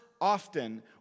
often